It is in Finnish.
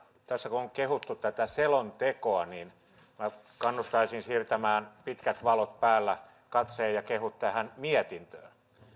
tässä kun on kehuttu tätä selontekoa niin minä kannustaisin siirtämään pitkät valot päällä katseen ja kehut tähän mietintöön